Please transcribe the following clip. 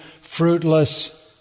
fruitless